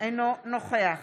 אינו נוכח